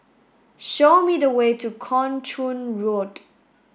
show me the way to Kung Chong Road